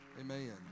Amen